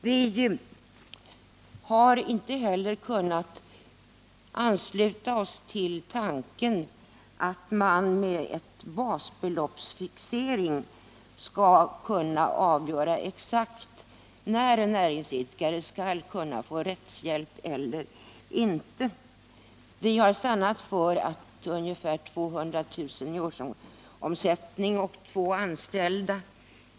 Vi har inte heller kunnat ansluta oss till tanken att man med basbeloppsfixering skall kunna avgöra exakt när en näringsidkare skall kunna få rättshjälp. Vi har stannat vid ungefär 200 000 kr. i årsomsättning och två anställda.